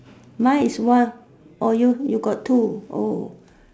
mine is one oh you you got two oh